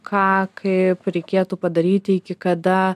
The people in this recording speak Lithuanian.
ką kaip reikėtų padaryti iki kada